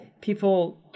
people